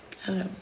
Hello